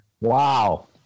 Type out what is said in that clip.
Wow